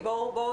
המקומי,